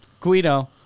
Guido